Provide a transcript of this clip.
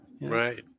Right